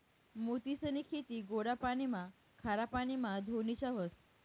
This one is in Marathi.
मोतीसनी खेती गोडा पाणीमा, खारा पाणीमा धोनीच्या व्हस